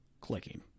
clicking